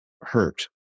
hurt